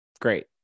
Great